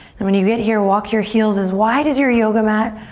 and when you get here walk your heels as wide as your yoga mat.